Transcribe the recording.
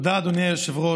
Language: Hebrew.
תודה, אדוני היושב-ראש.